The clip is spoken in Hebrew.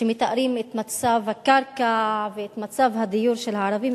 שמתארים את מצב הקרקע ואת מצב הדיור של הערבים,